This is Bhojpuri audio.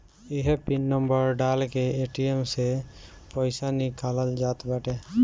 इहे पिन नंबर डाल के ए.टी.एम से पईसा निकालल जात बाटे